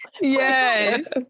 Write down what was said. Yes